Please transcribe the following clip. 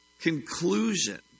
conclusion